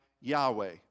Yahweh